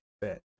bet